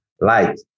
light